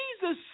Jesus